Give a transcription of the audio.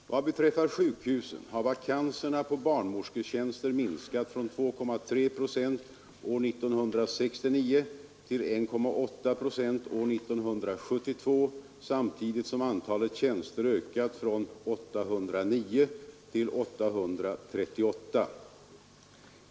Vad beträffar sjukhusen har vakanserna på barnmorsketjänster minskat från 2,3 procent år 1969 till 1,8 procent år 1972 samtidigt som antalet tjänster ökat från 809 till 838.